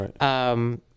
Right